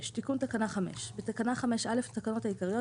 תיקון תקנה 5 6. בתקנה 5(א) לתקנות העיקריות,